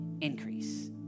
increase